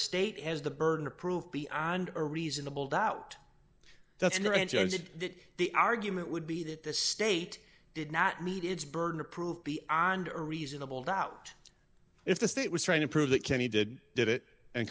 state has the burden of proof beyond a reasonable doubt that's it the argument would be that the state did not meet its burden to prove beyond a reasonable doubt if the state was trying to prove that kenny did did it and